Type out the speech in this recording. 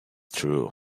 true